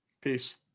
Peace